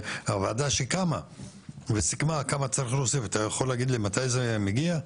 שהוועדה קמה וסיכמה כמה צריך להוסיף אתה יכול להגיד לי מתי זה מגיע?